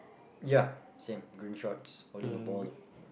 ya same green shorts holding a ball